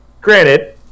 Granted